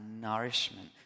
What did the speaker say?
nourishment